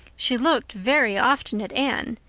she looked very often at anne,